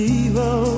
evil